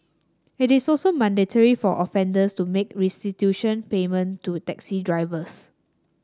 it is also mandatory for offenders to make restitution payment to taxi drivers